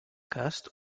casts